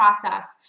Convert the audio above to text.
process